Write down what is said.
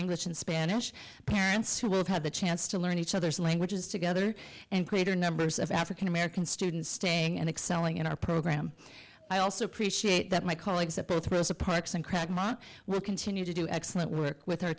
english and spanish parents who will have the chance to learn each other's languages together and greater numbers of african american students staying and excelling in our program i also appreciate that my colleagues at both rosa parks and pragma will continue to do excellent work with